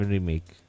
Remake